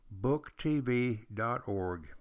booktv.org